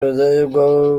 rudahigwa